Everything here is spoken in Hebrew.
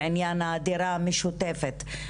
בעניין הדירה המשותפת.